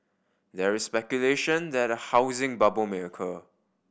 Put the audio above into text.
there is speculation that a housing bubble may occur